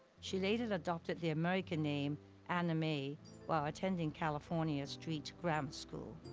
she later adopted the american name anna may while attending california street grammar school.